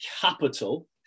capital